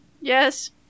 Yes